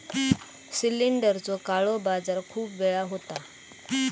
सिलेंडरचो काळो बाजार खूप वेळा होता